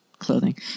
clothing